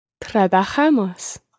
Trabajamos